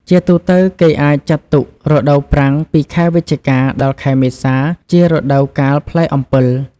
ជាទូទៅ គេអាចចាត់ទុក រដូវប្រាំងពីខែវិច្ឆិកា ដល់ខែមេសា ជារដូវកាលផ្លែអំពិល។